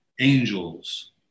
angels